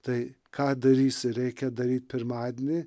tai ką darysi reikia daryt pirmadienį